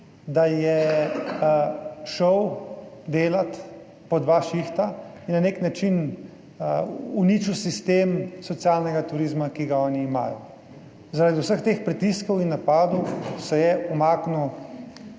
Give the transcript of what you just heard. da je šel delat po dva šihta in na nek način uničil sistem socialnega turizma, ki ga oni imajo. Zaradi vseh teh pritiskov in napadov se je umaknil